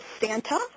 Santa